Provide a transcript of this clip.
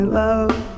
love